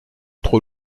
trop